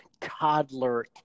toddler